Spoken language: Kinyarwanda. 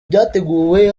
byateguwe